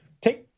take